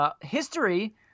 history